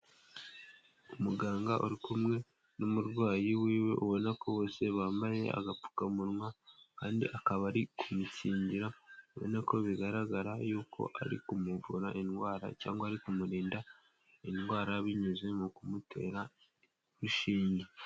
Umuganga uri kumwe n'umurwayi wiwe ubona ko bose bambaye agapfukamunwa, kandi akaba ari kumukingira, ubona ko bigaragara yuko ari kumuvura indwara, cyangwa ari kumurinda indwara, binyuze mu kumutera ishinge.